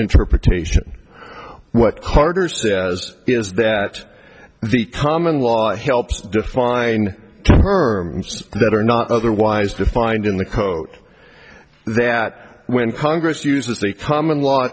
interpretation what carter says is that the common law helps define terms that are not otherwise defined in the coat that when congress uses the common law